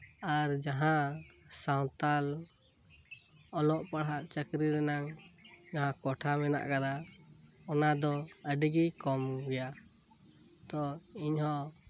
ᱟᱨ ᱡᱟᱦᱟᱸ ᱥᱟᱱᱛᱟᱲ ᱚᱞᱚᱜ ᱯᱟᱲᱟᱦᱟᱜ ᱪᱟᱹᱠᱨᱤ ᱨᱮᱱᱟᱜ ᱡᱟᱦᱟᱸ ᱠᱳᱣᱴᱟ ᱢᱮᱱᱟᱜ ᱟᱠᱟᱫᱟ ᱚᱱᱟᱫᱚ ᱟᱹᱰᱤᱜᱮ ᱠᱚᱢᱜᱮᱭᱟ ᱛᱚ ᱤᱧᱦᱚᱸ